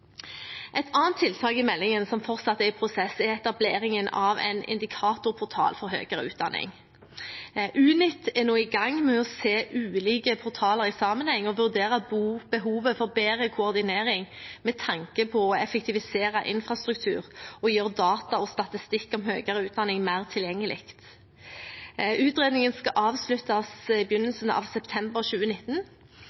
Et annet tiltak i meldingen som fortsatt er i prosess, er etableringen av en indikatorportal for høyere utdanning. Unit er nå i gang med å se ulike portaler i sammenheng og vurdere behovet for bedre koordinering med tanke på å effektivisere infrastruktur og å gjøre data og statistikk om høyere utdanning mer tilgjengelig. Utredningen skal avsluttes i